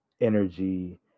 energy